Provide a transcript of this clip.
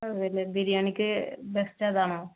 അല്ല ബിരിയാണിക്ക് ബെസ്റ്റ് അതാണോ